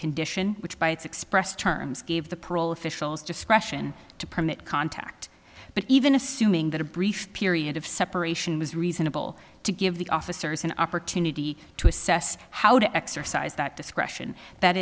condition which by its express terms gave the parole officials discretion to permit contact but even assuming that a brief period of separation was reasonable to give the officers an opportunity to assess how to exercise that discretion that